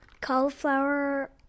cauliflower